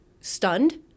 stunned